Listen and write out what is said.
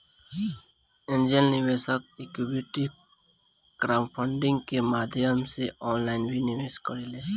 angel निवेशक equity crowdfunding के माध्यम से ऑनलाइन भी निवेश करेले